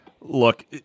look